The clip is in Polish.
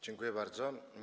Dziękuję bardzo.